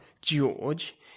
George